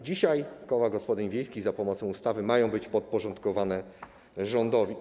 Dzisiaj koła gospodyń wiejskich za pomocą ustawy mają być podporządkowane rządowi.